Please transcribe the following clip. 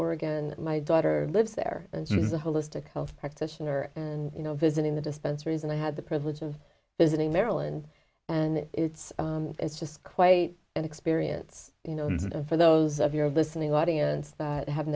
oregon my daughter lives there and she's a holistic health practitioner and you know visiting the dispensaries and i had the privilege of visiting marilyn and it's it's just quite an experience you know and for those of your listening audience that have